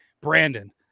Brandon